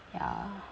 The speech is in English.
ya